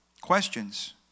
questions